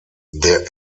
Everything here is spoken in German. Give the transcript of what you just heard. der